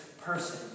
person